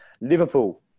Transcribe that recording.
Liverpool